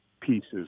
pieces